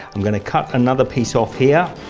i'm going to cut another piece off here,